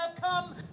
come